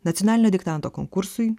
nacionalinio diktanto konkursui